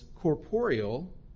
corporeal